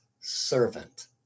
servant